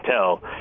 tell